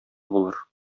булыр